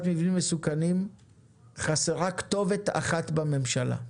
מבנים מסוכנים שחסרה כתובת אחת בממשלה.